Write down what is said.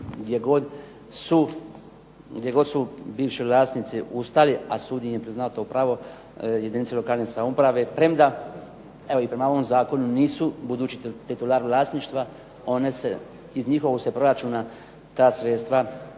gdje god su bivši vlasnici ustali, a sud im je priznao to pravo, jedinice lokalne samouprave, evo i prema ovom zakonu nisu budući titular vlasništva one se, iz njihovog se proračuna ta sredstva